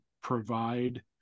provide